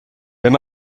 wenn